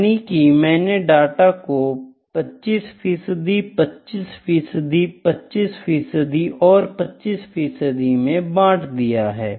यानी कि मैंने डाटा को 25 25 25 और 25 में बांट दिया है